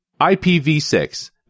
IPv6